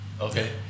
okay